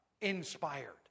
inspired